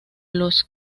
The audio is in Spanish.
los